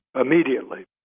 immediately